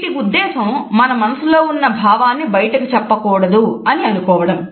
వీటి ఉద్దేశం మన మనసులో ఉన్న భావాన్ని బయటకు చెప్పకూడదు అని అనుకోవడం